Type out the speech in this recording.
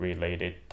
Related